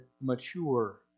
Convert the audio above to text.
mature